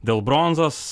dėl bronzos